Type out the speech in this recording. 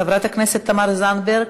חברת הכנסת תמר זנדברג,